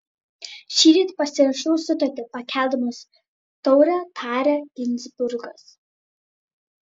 šįryt pasirašiau sutartį pakeldamas taurę tarė ginzburgas